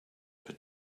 per